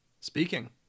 speaking